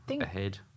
ahead